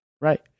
Right